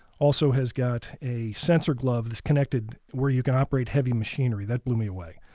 also has got a sensor glove that's connected where you can operate heavy machinery. that blew me away.